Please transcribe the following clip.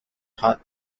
part